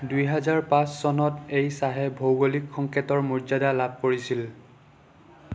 দুই হাজাৰ পাঁচ চনত এই চাহে ভৌগোলিক সংকেতৰ মৰ্যাদা লাভ কৰিছিল